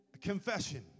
confession